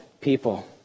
people